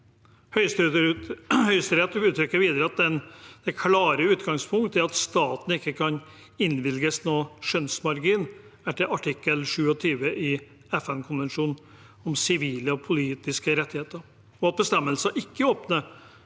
Høyesterett uttrykker videre at det klare utgangspunktet er at staten ikke kan innvilges noen skjønnsmargin etter artikkel 27 i FN-konvensjonen om sivile og politiske rettigheter, og at bestemmelsen ikke åpner